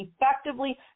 effectively